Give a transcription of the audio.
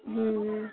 ହୁଁ ହୁଁ